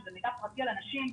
שהוא מידע פרטי על אנשים,